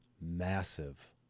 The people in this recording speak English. massive